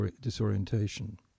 disorientation